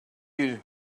you